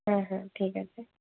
হ্যাঁ হ্যাঁ ঠিক আছে